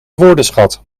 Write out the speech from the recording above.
woordenschat